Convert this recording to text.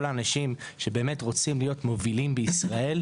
כל האנשים שבאמת רוצים להיות מובילים בישראל,